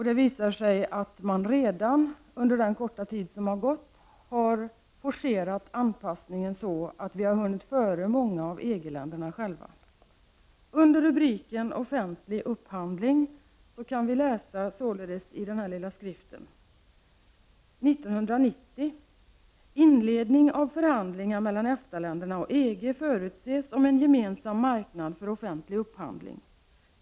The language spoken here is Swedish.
Det visar sig att man redan under den korta tid som har gått har forcerat anpassningen så att Sverige har hunnit före många av EG-länderna själva. Under rubriken Offentlig upphandling kan vi läsa i den här lilla skriften: ”1990. Inledning av förhandlingar mellan EFTA-länderna och EG förutses om en gemensam marknad för offentlig upphandling.